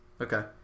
Okay